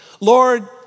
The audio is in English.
Lord